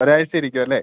ഒരാഴ്ച ഇരിക്കുമല്ലെ